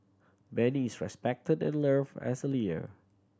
Benny is respected and loved as a